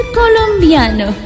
colombiano